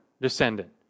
descendant